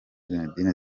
zinedine